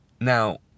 Now